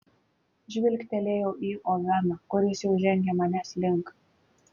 žvilgtelėjau į oveną kuris jau žengė manęs link